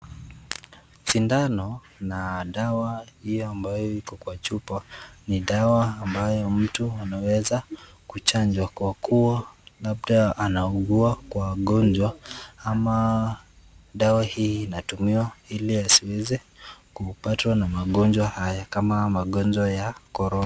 Sindano na dawa hiyo ambayo iko kwa chupa ni dawa ambayo mtu anaweza kuchanjwa kwa kuwa labda anaugua kwa ugonjwa ama dawa hii inatumiwa ili asiweze kupatwa na magonjwa haya kama magonjwa ya Corona.